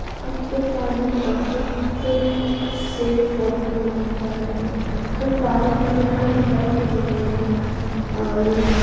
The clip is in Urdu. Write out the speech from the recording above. اب تو پانی بہت سیف واٹر ہو چکا ہے پانی کے بنا لائف ہی نہیں ہے اور